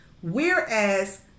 whereas